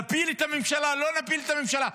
נפיל את הממשלה, לא נפיל את הממשלה.